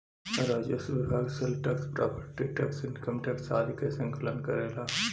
राजस्व विभाग sale tax property tax income tax आदि के संकलन करेला